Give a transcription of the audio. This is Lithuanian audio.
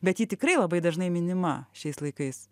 bet ji tikrai labai dažnai minima šiais laikais